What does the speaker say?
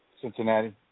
Cincinnati